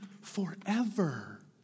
forever